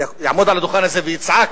יעמוד על הדוכן הזה ויצעק.